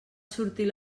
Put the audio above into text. sortir